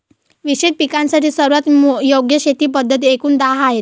विशेष पिकांसाठी सर्वात योग्य शेती पद्धती एकूण दहा आहेत